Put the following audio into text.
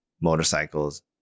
motorcycles